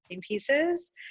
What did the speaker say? pieces